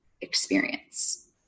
experience